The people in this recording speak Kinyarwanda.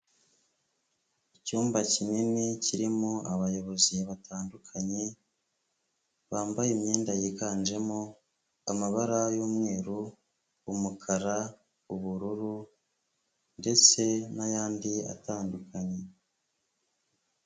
Icyumba kinini kirimo abayobozi batandukanye, bambaye imyenda yiganjemo amabara y'umweru, umukara, ubururu ndetse n'ayandi atandukanye.